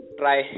try